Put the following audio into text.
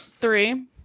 three